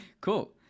Cool